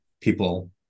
people